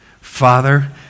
Father